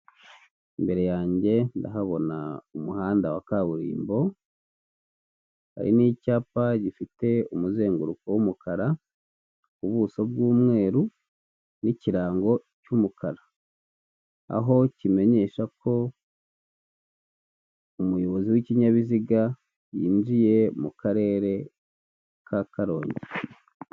Imbere yanjye ndahabona umuhanda wa kaburimbo, hari n'icyapa gifite umuzenguruko w'umukara, ubuso bw'umweru n'ikirango cy'umukara, aho kimenyesha ko umuyobozi w'ikinyabiziga yinjiye mu karere ka Karongi.